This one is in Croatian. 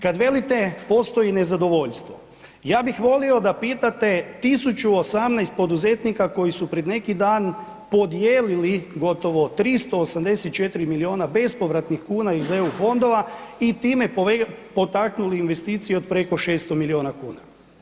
Kad velite postoji nezadovoljstvo, ja bih volio da pitate 1018 poduzetnika koji su pred neki dan podijelili gotovo 384 milijuna bespovratnih kuna iz EU fondova i time potaknuli investicije od preko 600 milijuna kuna.